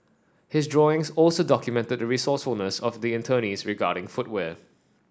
his drawings also documented the resourcefulness of the internees regarding footwear